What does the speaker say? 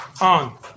on